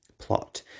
plot